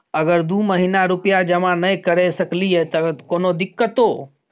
अगर दू महीना रुपिया जमा नय करे सकलियै त कोनो दिक्कतों?